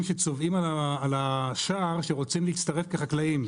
שצובאים על השער שרוצים להצטרף כחקלאים.